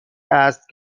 است